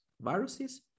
viruses